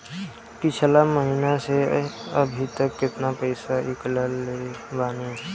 पिछला महीना से अभीतक केतना पैसा ईकलले बानी?